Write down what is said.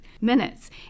minutes